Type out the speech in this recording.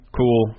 cool